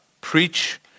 preach